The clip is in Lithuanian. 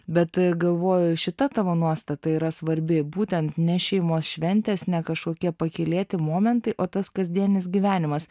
bet galvoju šita tavo nuostata yra svarbi būtent ne šeimos šventės ne kažkokie pakylėti momentai o tas kasdienis gyvenimas